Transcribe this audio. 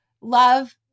love